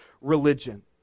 religion